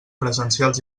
presencials